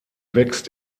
wächst